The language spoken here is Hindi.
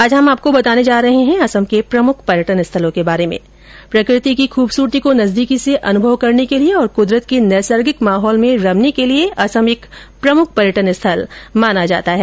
आज हम आपको बताने जा रहे है असम के प्रमुख पर्यटन स्थलों के बारे में प्रकृति की खूबसूरती को नजदीकी से अनुभव करने के लिए और कुदरत के नैसर्गिक माहौल में रमने के लिए असम एक प्रमुख पर्यटन स्थल माना जाता है